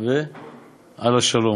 ועל השלום,